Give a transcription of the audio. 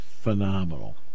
phenomenal